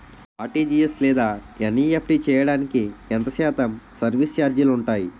RTGS లేదా NEFT చేయడానికి ఎంత శాతం సర్విస్ ఛార్జీలు ఉంటాయి?